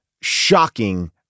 shocking